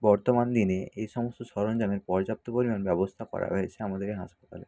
বর্তমান দিনে এই সমস্ত সরঞ্জামের পর্যাপ্ত পরিমাণ ব্যবস্থা করা হয়েছে আমাদের এই হাসপাতালে